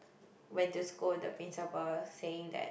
went to school the principle saying that